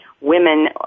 women